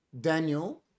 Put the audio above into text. Daniel